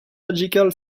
magical